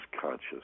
conscious